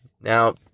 Now